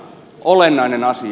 olennainen asia